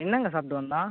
என்னங்க சாப்பிட்டு வந்தான்